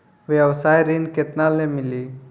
व्यवसाय ऋण केतना ले मिली?